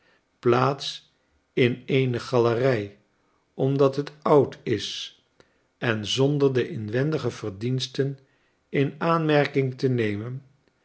plaats in eene galerij omdat het oud is en zonder de inwendige verdiensten in aanmerking te nemen